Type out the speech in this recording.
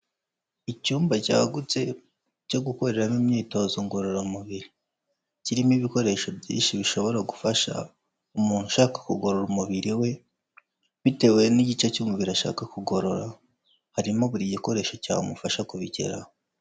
Icyumba cyagutse cyo gukoreramo imyitozo ngororamubiri, kirimo ibikoresho byinshi bishobora gufasha umuntu ushaka kugorora umubiri we bitewe n'igice cy'umubiri ashaka kugorora, harimo buri gikoresho cyamufasha kubigeraho.